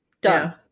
Done